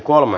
asia